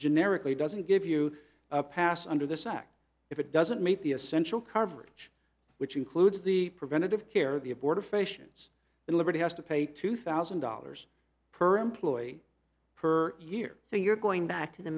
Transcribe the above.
generically doesn't give you a pass under this act if it doesn't meet the essential coverage which includes the preventative care the abortifacients and liberty has to pay two thousand dollars per employee per year so you're going back to the